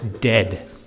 dead